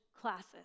classes